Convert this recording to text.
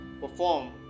perform